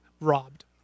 Robbed